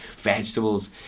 vegetables